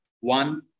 one